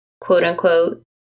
quote-unquote